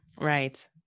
Right